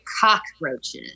cockroaches